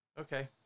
Okay